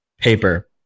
paper